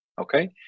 okay